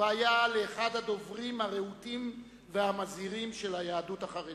והיה לאחד הדוברים הרהוטים והמזהירים של היהדות החרדית.